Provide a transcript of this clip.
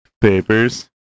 papers